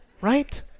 right